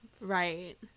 Right